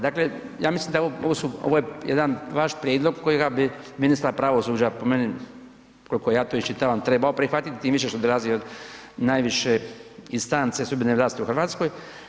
Dakle ja mislim da je ovo, ovo je jedan vaš prijedlog kojega bi ministar pravosuđa po meni koliko ja to iščitavam trebao prihvatiti, tim više što dolazi od najviše instance sudbene vlasti u Hrvatskoj.